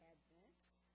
Advent